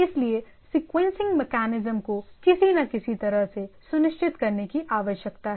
इसलिए sequencing mechanisms को किसी न किसी तरह से सुनिश्चित करने की आवश्यकता है